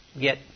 get